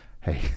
hey